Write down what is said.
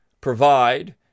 provide